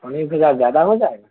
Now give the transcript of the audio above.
انیس ہزار زیادہ ہو جائے گا